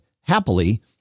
happily